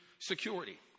security